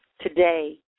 today